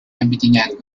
объединяет